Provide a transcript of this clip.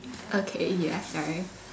okay ya sorry